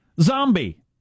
zombie